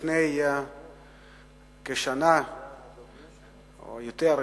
לפני כשנה או יותר,